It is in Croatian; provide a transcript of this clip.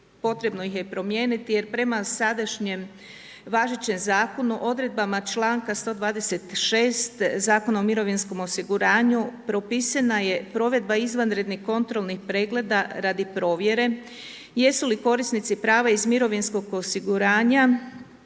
potrebno ih je promijeniti, jer prema sadašnjem, važećem zakonu, odredbama čl. 126. Zakon o mirovinskom osiguranju propisana je provedba izvanrednih kontrolnih pregleda radi provjere, jesu li korisnici prava iz mirovinskog osiguranja,